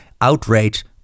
Outrage